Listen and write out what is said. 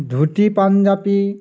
ধুতি Punjabi